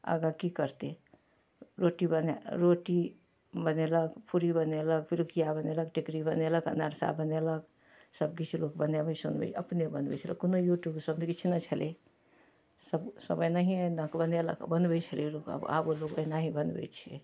आगाँ कि करितै रोटी बने रोटी बनेलक पूड़ी बनेलक पिरुकिआ बनेलक टिकरी बनेलक अनरसा बनेलक सबकिछु लोक बनबै सोनबै अपने बनबै छलै कोनो यूट्यूब सबकिछु नहि छलै सब सब एनाहिए एनाकऽ बनेलक बनबै छलै लोक आबो लोक तऽ एनाहि बनबै छै